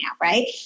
right